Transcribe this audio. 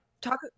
talk